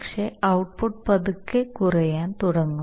പക്ഷേ ഔട്ട്പുട്ട് പതുക്കെ കുറയാൻ തുടങ്ങും